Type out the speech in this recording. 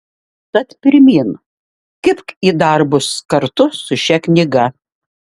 tad pirmyn kibk į darbus kartu su šia knyga